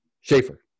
Schaefer